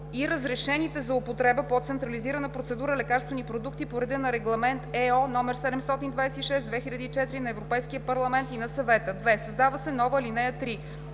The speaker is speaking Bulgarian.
„и разрешените за употреба по централизирана процедура лекарствени продукти по реда на Регламент (ЕО) № 726/2004 на Европейския парламент и на Съвета.“ 2. Създава се нова ал.